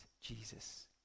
Jesus